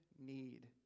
need